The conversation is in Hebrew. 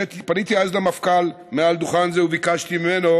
פניתי אז למפכ"ל מעל דוכן זה וביקשתי ממנו